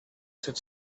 said